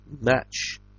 match